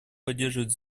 поддерживает